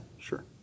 sure